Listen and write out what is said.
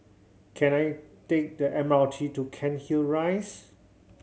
can I take the M R T to Cairnhill Rise